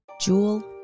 Jewel